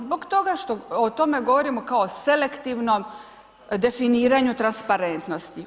Zbog toga što, o tome govorim kao selektivnom definiranju transparentnosti.